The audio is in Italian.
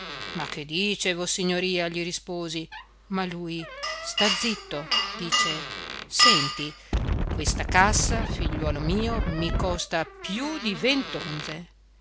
ma che dice vossignoria gli risposi ma lui stà zitto dice senti questa cassa figliuolo mio mi costa più di vent'onze